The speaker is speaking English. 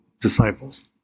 disciples